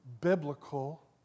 biblical